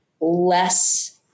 less